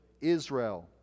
Israel